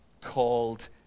called